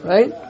Right